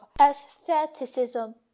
aestheticism